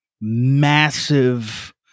massive